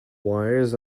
wires